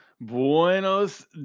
Buenos